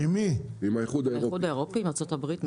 עם האיחוד האירופי, עם ארה"ב.